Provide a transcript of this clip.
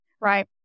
right